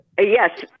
Yes